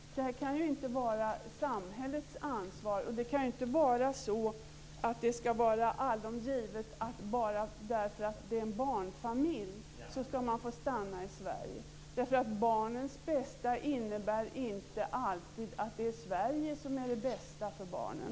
Detta kan inte vara samhällets ansvar, och det kan inte vara allom givet att få stanna i Sverige bara för att man är en barnfamilj. Barnens bästa innebär nämligen inte alltid att stanna i